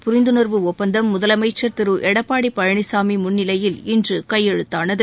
புரிந்துணர்வு ஒப்பந்தம் முதலமைச்சர் திரு எடப்பாடி பழனிசாமி முன்னிலையில் இன்று கையெழுத்தானது